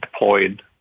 deployed